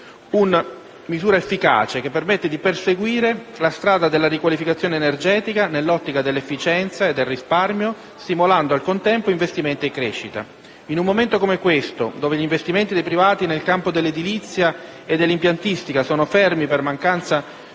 una misura efficace, che permette di perseguire la strada della riqualificazione energetica, nell'ottica dell'efficienza e del risparmio, stimolando, al contempo, investimenti e crescita. In un momento come quello attuale, dove gli investimenti dei privati nel campo dell'edilizia e dell'impiantistica sono fermi per mancanza di